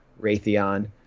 Raytheon